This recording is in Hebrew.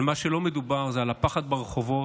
אבל מה שלא מדובר עליו הוא הפחד ברחובות,